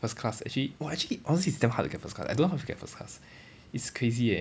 first class actually !wah! actually honestly it's damn hard to get first class I don't know how you get first class it's crazy eh